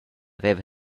veva